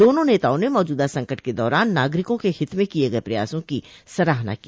दोनों नेताओं ने मौजूदा संकट के दौरान नागरिकों के हित में किए गए प्रयासों की सराहना की